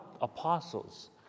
apostles